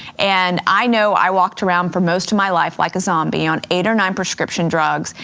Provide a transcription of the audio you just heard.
and i know i walked around for most of my life like a zombie on eight or nine prescription drugs,